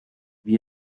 wie